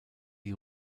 die